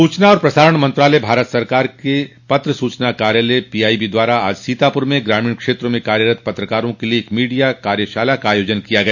सूचना एवं प्रसारण मंत्रालय भारत सरकार के पत्र सूचना कार्यालय पीआईबी द्वारा आज सीतापुर में ग्रामीण क्षेत्रों में कार्यरत पत्रकारों के लिये एक मीडिया कार्यशाला का आयोजन किया गया